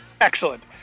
Excellent